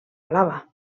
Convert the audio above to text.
blava